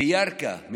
בירכא,